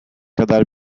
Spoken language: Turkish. kadar